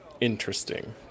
interesting